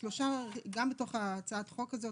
גם בתוך הצעת החוק הזה,